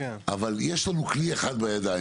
אבל יש לנו כלי אחד בידיים,